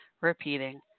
repeating